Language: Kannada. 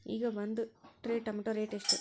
ಈಗ ಒಂದ್ ಟ್ರೇ ಟೊಮ್ಯಾಟೋ ರೇಟ್ ಎಷ್ಟ?